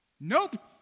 nope